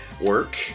work